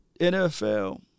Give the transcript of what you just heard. nfl